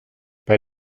bei